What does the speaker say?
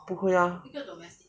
不会 ah